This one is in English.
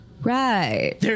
Right